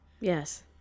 Yes